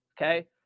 okay